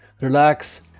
relax